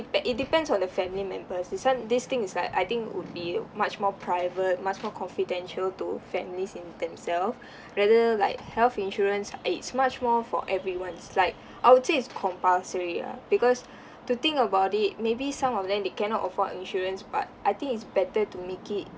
it depends on the family members this one this thing is like I think would be much more private much more confidential to families in themself rather like health insurance it's much more for everyones like I would say it's compulsory ah because to think about it maybe some of them they cannot afford insurance but I think it's better to make it